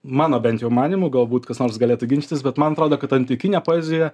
mano bent jo manymu galbūt kas nors galėtų ginčytis bet man atrodo kad antikinė poezija